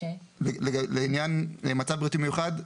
לעניין מצב בריאותי מיוחד,